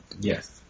Yes